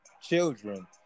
children